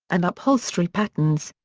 and upholstery patterns.